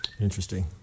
Interesting